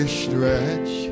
stretch